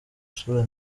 isura